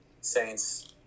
Saints